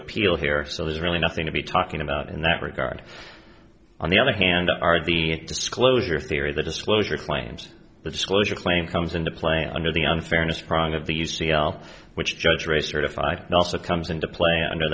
appeal here so there's really nothing to be talking about in that regard on the other hand are the disclosure theory that disclosure claims the disclosure claim comes into play under the unfairness prong of the u c l which judge race certified and also comes into play under